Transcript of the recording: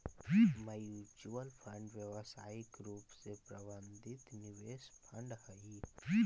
mutual fund व्यावसायिक रूप से प्रबंधित निवेश फंड हई